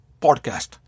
podcast